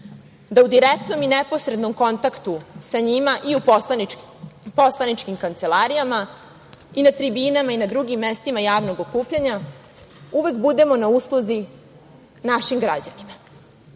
da u direktnom i neposrednom kontaktu sa njima i u poslaničkim kancelarija i na tribinama i na drugim mestima javnog okupljanja uvek budemo na usluzi našim građanima.